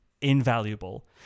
invaluable